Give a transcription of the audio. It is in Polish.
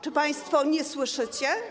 Czy państwo nie słyszycie?